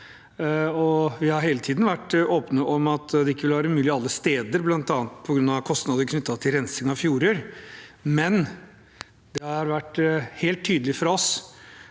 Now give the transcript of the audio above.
Vi har hele tiden vært åpne om at det ikke ville være mulig alle steder, bl.a. på grunn av kostnader knyttet til rensing av fjorder, men det har vært helt tydelig for oss